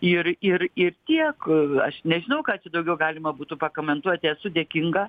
ir ir ir tiek aš nežinau ką čia daugiau galima būtų pakomentuoti esu dėkinga